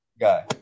guy